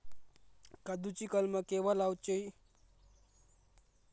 काजुची कलमा केव्हा लावची?